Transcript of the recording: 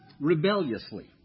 rebelliously